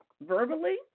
verbally